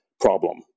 problem